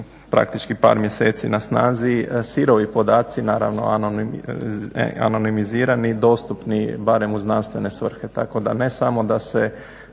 praktički par mjeseci na snazi, sirovi podaci naravno anonimizirani, dostupni barem u znanstvene svrhe. Tako da ne samo da se